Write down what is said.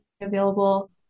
available